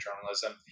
journalism